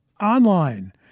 online